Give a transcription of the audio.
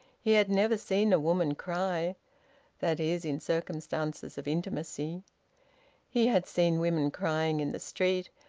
he had never seen a woman cry that is, in circumstances of intimacy he had seen women crying in the street,